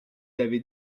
avez